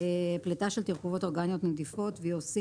פליטה של תרכובות אורגניות נדיפות (VOC)